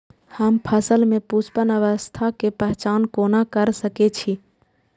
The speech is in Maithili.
हम फसल में पुष्पन अवस्था के पहचान कोना कर सके छी?